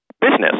Business